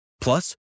Plus